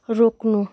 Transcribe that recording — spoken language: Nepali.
रोक्नु